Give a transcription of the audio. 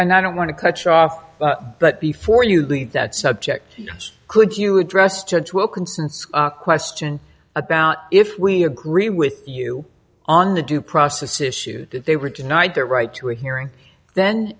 and i don't want to cut you off but before you leave that subject could you address judge wilkinson question about if we agree with you on the due process issue that they were denied their right to a hearing then